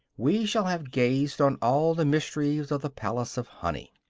we shall have gazed on all the mysteries of the palace of honey.